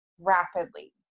rapidly